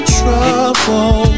trouble